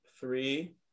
three